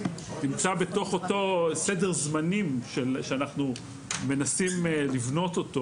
שנמצא בתוך סד הזמנים שאנחנו מנסים לבנות אותו.